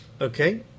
Okay